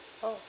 oh